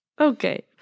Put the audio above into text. okay